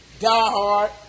diehard